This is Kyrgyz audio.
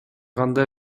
кандай